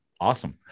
Awesome